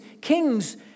kings